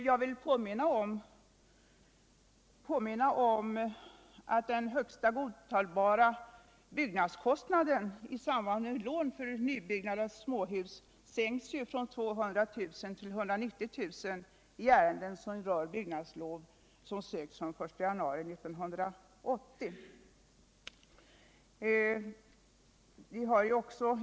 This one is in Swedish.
Jag vill dock påminna om att den högsta godtagbara byggnadskostnaden för beviljande av lån till småhus sänks från 200 000 till 190 000 kr. när det gäller byggnadslov som söks fr.o.m. den 1 januari 1980.